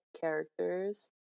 characters